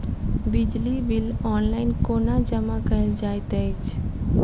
बिजली bill online कोना जमा कएल जाइत अछि?